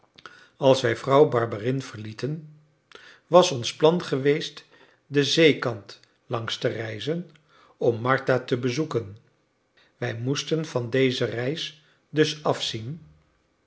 als wij vrouw barberin verlieten was ons plan geweest den zeekant langs te reizen om martha te bezoeken wij moesten van deze reis dus afzien